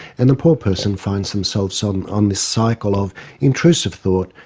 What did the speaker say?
and the poor person finds themselves on on this cycle of intrusive thought,